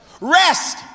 Rest